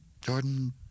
Jordan